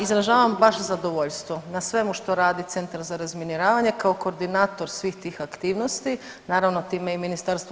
Izražavam baš zadovoljstvo na svemu što radi Centar za razminiravanje kao koordinator svih tih aktivnosti, naravno time i MUP-u.